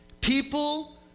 People